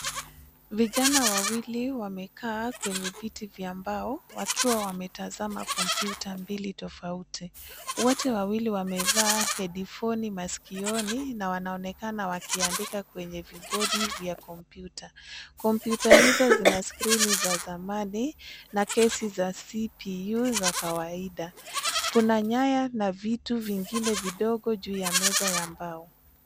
Vijana wawili wamekaa kwenye viti vya mbao, wakiwa wametazama komputa mbili tofauti. Wote wawili wamevaa hedifoni maskioni na wanaonekana wakiandika kwenye vibodi vya komputa. Komputa hizo zina skirini za zamani na kesi za Cpu , za kawaida. Kuna nyaya na vitu vingine vidogo juu ya meza ya mbao.